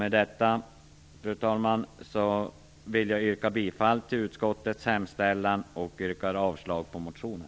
Med detta vill jag, fru talman, yrka bifall till utskottets hemställan och avslag på reservationen.